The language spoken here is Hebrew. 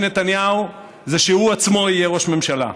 נתניהו זה שהוא עצמו יהיה ראש הממשלה.